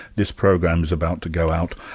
this program's about to go out.